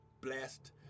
blessed